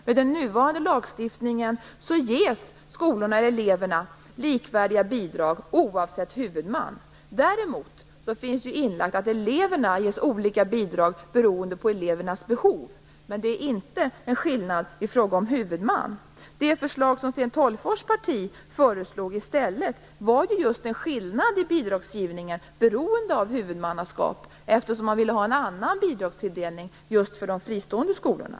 Med den nuvarande lagstiftningen ges skolorna likvärdiga bidrag oavsett huvudman. Däremot ges eleverna olika bidrag beroende på deras behov. Men det är inte en skillnad i fråga om huvudman. Det förslag som Sten Tolgfors parti lade fram gällde just en skillnad i bidragsgivningen beroende på huvudmannaskap. Man ville ha en annan bidragstilldelning just för de fristående skolorna.